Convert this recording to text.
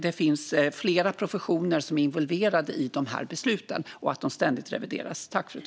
Det finns flera professioner som är involverade i de här besluten, och de revideras ständigt.